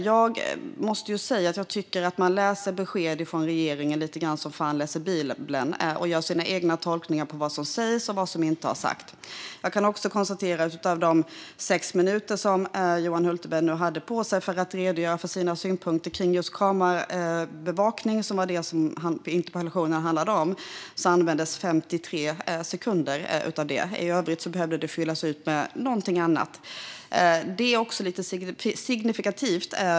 Jag tycker att man läser besked från regeringen lite som fan läser Bibeln och gör egna tolkningar av det som sagts eller inte har sagts. Jag konstaterar också att av de sex minuter som Johan Hultberg hade på sig för att redogöra för sina synpunkter om just kameraövervakning, som var det interpellationen handlade om, användes 53 sekunder åt det. I övrigt behövde det fyllas ut med någonting annat. Det är lite signifikativt.